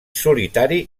solitari